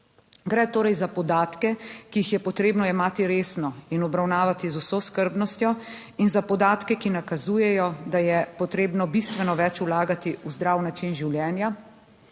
Gre torej za podatke, ki jih je potrebno jemati resno in obravnavati z vso skrbnostjo in za podatke, ki nakazujejo, da je potrebno bistveno več vlagati v zdrav način življenja.